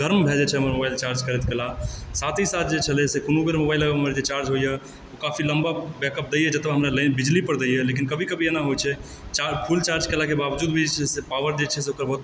गरम भाए जाइ छलहूँ मोबाइल चार्ज करैत कला साथ ही साथ जे छलै से कोनो बेर हमर मोबाइल जे चार्ज होइए ओ काफी लम्बा बैकअप दैए जतय हमरा होइए जे बिजली पर दैए लेकिन कभी कभी एना होइ छै चार्ज फुल चार्ज केलाके बावजूद भी पॉवर जे छै एकर